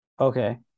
Okay